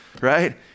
right